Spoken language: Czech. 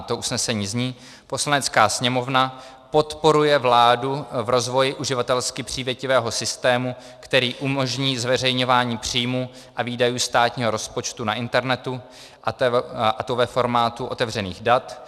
To usnesení zní: Poslanecká sněmovna podporuje vládu v rozvoji uživatelsky přívětivého systému, který umožní zveřejňování příjmů a výdajů státního rozpočtu na internetu, a to ve formátu otevřených dat.